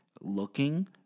looking